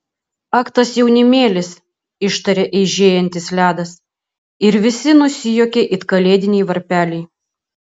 ak tas jaunimėlis ištarė eižėjantis ledas ir visi nusijuokė it kalėdiniai varpeliai